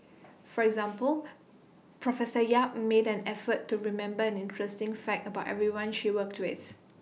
for example professor yap made an effort to remember an interesting fact about everyone she worked with